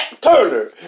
Turner